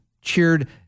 cheered